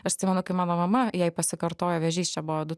aš atsimenu kai mano mama jai pasikartojo vėžys čia buvo du